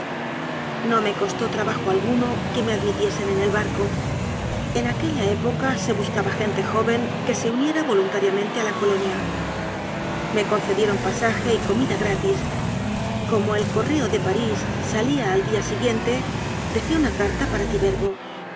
no me costó trabajo alguno que me admitiesen en el barco en aquella época se bus caba gente joven que se uniera voluntariamente a la colonia me concedieron pasaje y comida gra tis como el correo de parís salía al día siguiente dejé una carta para tibergo